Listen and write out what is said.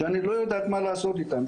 שאני לא יודעת מה לעשות איתם,